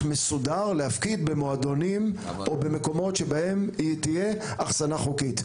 מסודר להפקיד במועדונים או במקומות שבהם תהיה אחסנה חוקית.